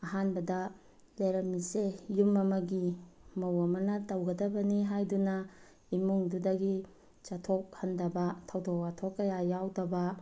ꯑꯍꯥꯟꯕꯗ ꯂꯩꯔꯝꯃꯤꯁꯦ ꯌꯨꯝ ꯑꯃꯒꯤ ꯃꯧ ꯑꯃꯅ ꯇꯧꯒꯗꯕꯅꯤ ꯍꯥꯏꯗꯨꯅ ꯏꯃꯨꯡꯗꯨꯗꯒꯤ ꯆꯠꯊꯣꯛꯍꯟꯗꯕ ꯊꯧꯗꯣꯛ ꯋꯥꯊꯣꯛ ꯀꯌꯥ ꯌꯥꯎꯗꯕ